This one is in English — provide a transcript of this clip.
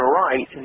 right